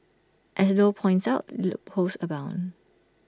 as low points out loopholes abound